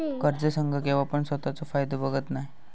कर्ज संघ केव्हापण स्वतःचो फायदो बघत नाय